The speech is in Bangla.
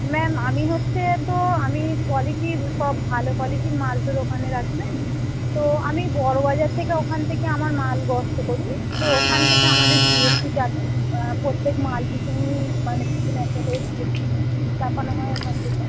ম্যাম আমি হচ্ছে তো আমি কোয়ালিটি সব ভালো কোয়ালিটির মাল তো দোকানে রাখি ম্যাম তো আমি বড়ো বাজার থেকে ওখান থেকে আমার মাল গস্ত করি তো ওখান থেকে আমাদের জি এস টি কাটে প্রত্যেক মাল পিছু নিই মালের পিছনে একটা করে জি এস টির বিল চাপানো হয় ওখান থেকে